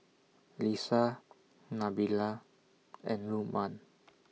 Lisa Nabila and Lukman